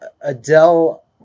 Adele